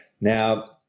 Now